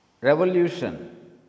Revolution